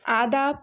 آداب